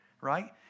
right